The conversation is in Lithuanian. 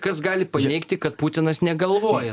kas gali paneigti kad putinas negalvoja